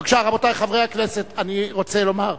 רבותי חברי הכנסת, אני רוצה לומר.